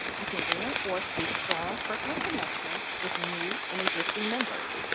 you can reinforce a strong personal connection with new and existing members,